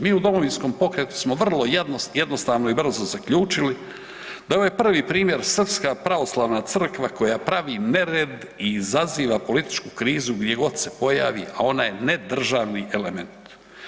Mi u Domovinskom pokretu smo vrlo jednostavno i brzo zaključili da ovaj primjer Srpska pravoslavna crkva koja pravi nered i izaziva političku krizu gdje god se pojavi, a ona je ne državni element.